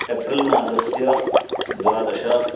एप्रिल्मासस्य द्वादश